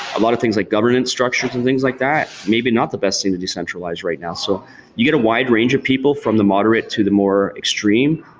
a lot of things like government structures and things like that, maybe not the best thing to decentralize right now. so you get a wide range of people from the moderate to the more extreme,